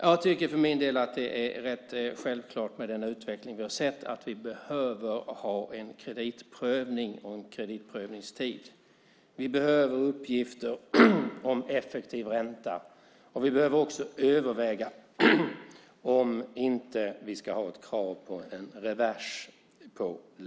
Jag för min del tycker att det, med tanke på den utveckling vi sett, är rätt självklart att en kreditprövning och en kreditprövningstid behövs. Vi behöver få uppgifter om effektiv ränta, och vi behöver överväga kravet på en revers vid lån.